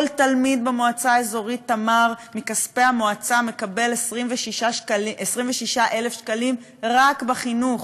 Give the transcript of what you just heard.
כל תלמיד במועצה האזורית תמר מקבל מכספי המועצה 26,000 שקלים רק בחינוך.